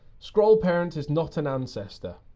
scroll parent is not an ancestor.